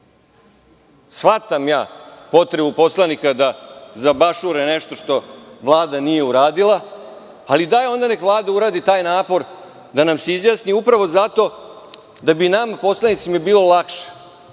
ja potrebu poslanika da zabašure nešto što Vlada nije uradila, ali dajte onda da Vlada uradi taj napor i da nam se izjasni, upravo zato da bi nama poslanicima bilo lakše.